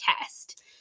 test